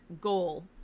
goal